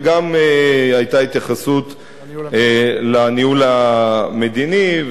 וגם היתה התייחסות לניהול המדיני,